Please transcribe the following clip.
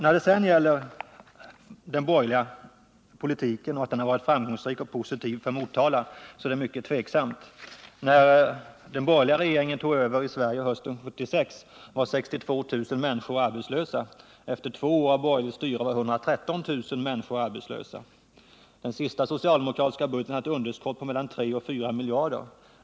När det gäller påståendet att den borgerliga politiken har varit framgångsrik och positiv för Motala så är det mycket tveksamt. När den borgerliga regeringen tog över i Sverige hösten 1976 var 62 000 människor arbetslösa. Efter två år av borgerligt styre var 113 000 människor arbetslösa. Den sista socialdemokratiska budgeten hade ett underskott på mellan 3 och 4 miljarder.